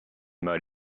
mal